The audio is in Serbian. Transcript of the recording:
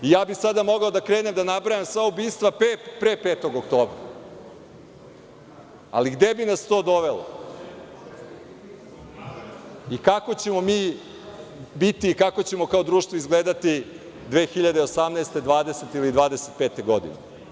Sada bih mogao da krenem da nabrajam sva ubistva pre 5. oktobra, ali gde bih nas to dovelo, i kako ćemo mi biti ili kako ćemo kao društvo izgledati 2018, 2020. ili 2025. godine?